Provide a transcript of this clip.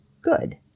good